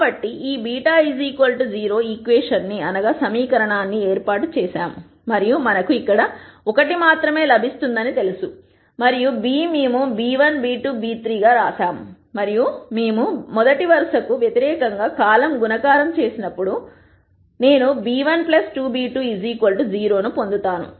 కాబట్టి మేము ఈ β 0 సమీకరణాన్ని ఏర్పాటు చేసాము మరియు మనకు ఇక్కడ 1 మాత్రమే లభిస్తుందని తెలుసు మరియు b మేము b1 b2 b3 గా వ్రాసాము మరియు మేము మొదటి వరుసకు వ్యతిరేకంగా కాలమ్ గుణకారం చేసినప్పుడు నేను b1 2b2 0 పొందుతాను